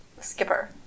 skipper